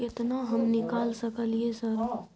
केतना हम निकाल सकलियै सर?